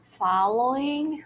following